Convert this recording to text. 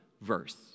verse